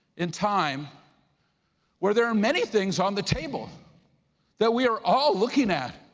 in time where there are many things on the table that we are all looking at.